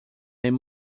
man